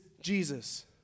Jesus